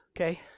okay